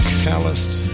calloused